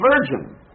virgin